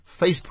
Facebook